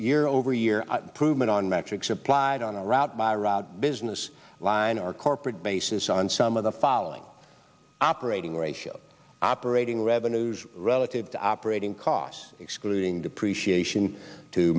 year over year improvement on metrics applied on a route by route business line or corporate basis on some of the following operating ratio operating revenues relative to operating costs excluding depreciat